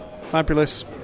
fabulous